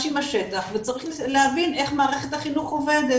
עם השטח וצריך להבין איך מערכת החינוך עובדת.